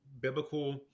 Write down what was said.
biblical